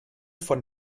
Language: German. von